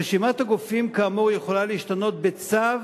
רשימת הגופים כאמור יכולה להשתנות בצו